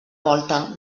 volta